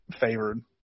favored